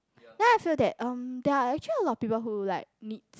then I feel that um there are actually a lot of people who like needs